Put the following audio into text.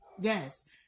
yes